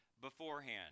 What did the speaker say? beforehand